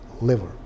liver